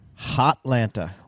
Hotlanta